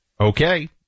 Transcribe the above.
okay